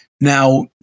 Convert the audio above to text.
Now